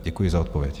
Děkuji za odpověď.